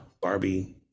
Barbie